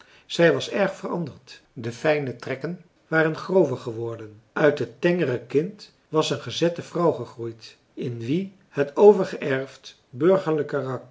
zij was erg veranderd de fijne trekken waren grover geworden uit het tengere kind was een gezette vrouw gegroeid in wie het overgeërfd burgerlijk